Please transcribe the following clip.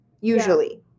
usually